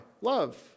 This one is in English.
love